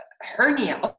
hernia